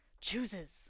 chooses